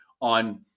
on